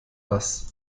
ass